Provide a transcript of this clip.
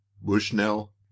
BUSHNELL